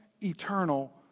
eternal